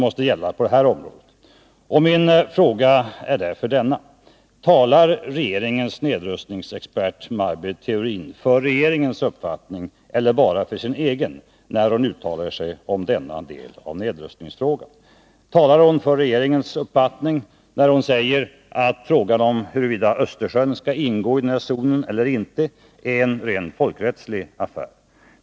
Mina frågor är därför: Talar regeringens nedrustningsexpert Maj Britt Theorin för regeringens uppfattning eller bara för sin egen, när hon uttalar sig om denna del av nedrustningsfrågan? Talar hon för regeringens uppfattning, när hon säger att frågan om huruvida Östersjön skall ingå i den här zonen eller inte är en rent folkrättslig affär?